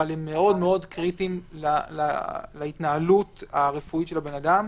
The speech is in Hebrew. אבל הם מאוד קריטיים להתנהלות הרפואית של אדם.